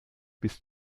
bis